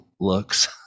looks